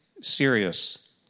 serious